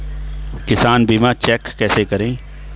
किसान बीमा कैसे चेक करें?